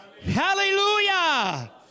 hallelujah